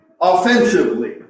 offensively